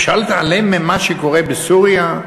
אפשר להתעלם ממה שקורה בסוריה?